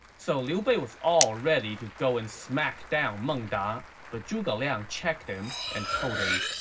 so liu bei was all ready to go and smack down meng da, but zhuge liang checked him and told him,